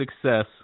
success